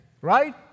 Right